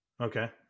Okay